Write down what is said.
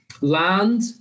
land